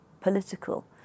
political